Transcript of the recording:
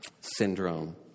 syndrome